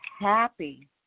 happy